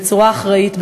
בצורה אחראית,